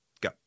Go